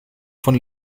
von